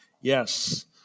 Yes